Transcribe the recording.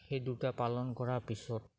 সেই দুটা পালন কৰাৰ পিছত